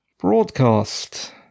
Broadcast